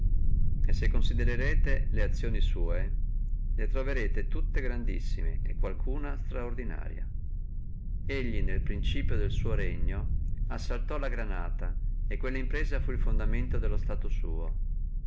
e se considerrete le azioni sua le troverrete tutte grandissime e qualcuna estraordinaria lui nel principio del suo regno assaltò la granata e quella impresa fu il fondamento dello stato suo